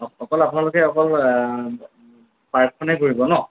অকল আপোনালোকে অকল পাৰ্কখনে ঘূৰিব ন'